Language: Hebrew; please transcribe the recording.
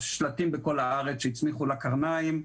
שלטים בכל הארץ שהצמיחו לה קרניים.